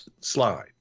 slide